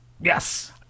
Yes